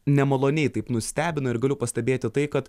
nemaloniai taip nustebino ir galiu pastebėti tai kad